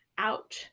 out